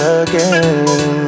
again